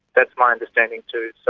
that's my understanding too,